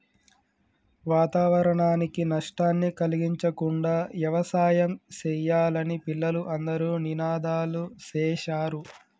వాతావరణానికి నష్టాన్ని కలిగించకుండా యవసాయం సెయ్యాలని పిల్లలు అందరూ నినాదాలు సేశారు